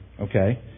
Okay